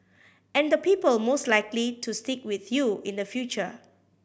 and the people most likely to stick with you in the future